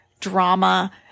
drama